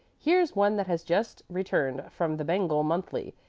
here's one that has just returned from the bengal monthly.